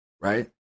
right